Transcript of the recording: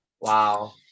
wow